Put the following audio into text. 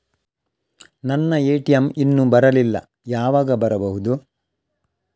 ನನ್ನ ಎ.ಟಿ.ಎಂ ಇನ್ನು ಬರಲಿಲ್ಲ, ಯಾವಾಗ ಬರಬಹುದು?